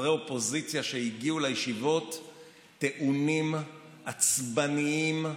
חברי אופוזיציה שהגיעו לישיבות טעונים, עצבניים,